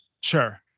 Sure